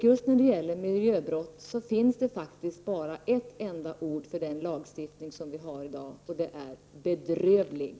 Just när det gäller miljöbrott finns det faktiskt bara ett enda ord för den lagstiftning vi har i dag: bedrövlig.